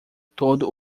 todo